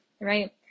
right